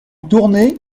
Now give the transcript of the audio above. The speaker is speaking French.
tournée